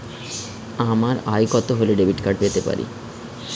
আমার আয় কত হলে ডেবিট কার্ড পেতে পারি?